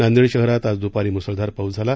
नांदेड शहरात आज दूपारी मुसळधार पाऊस झाला